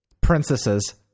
Princesses